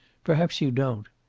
perhaps you don't.